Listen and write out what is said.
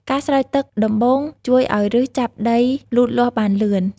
ការស្រោចទឹកដំបូងជួយឲ្យឫសចាប់ដីលូតលាស់បានលឿន។